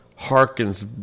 harkens